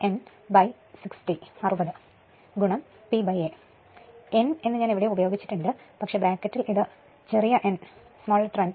എവിടെയോ ഞാൻ N ഉപയോഗിച്ചിട്ടുണ്ട് പക്ഷേ ബ്രാക്കറ്റിൽ ഇത് ചെറിയ n N